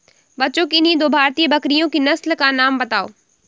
बच्चों किन्ही दो भारतीय बकरियों की नस्ल का नाम बताओ?